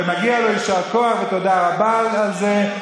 ומגיע לו יישר כוח ותודה רבה על זה.